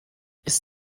ist